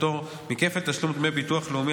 פטור מכפל תשלום דמי ביטוח לאומי),